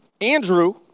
Andrew